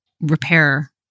repair